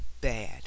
bad